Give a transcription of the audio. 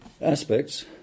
aspects